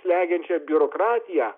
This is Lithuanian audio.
slegiančią biurokratiją